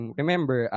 remember